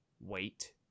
Wait